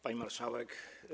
Pani Marszałek!